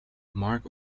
mark